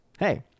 Hey